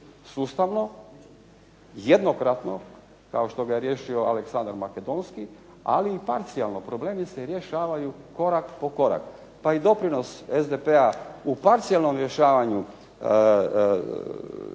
Sustavno, jednokratno, kao što ga je riješio Aleksandar Makedonski, ali i parcijalno, problemi se rješavaju korak po korak. Pa i doprinos SDP-a u parcijalnom rješavanju